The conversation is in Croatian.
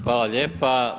Hvala lijepa.